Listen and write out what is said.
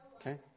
Okay